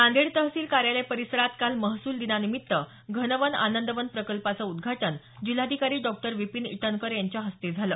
नांदेड तहसील कार्यालय परिसरात काल महसूल दिनानिमित्त घनवन आनंदवन प्रकल्पाचं उद्घाटन जिल्हाधिकारी डॉ विपिन ईटनकर यांच्या हस्ते झालं